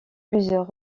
plusieurs